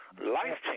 life